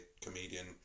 comedian